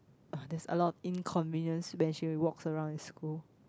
oh there's a lot of inconvenience when she walks around in school